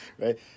right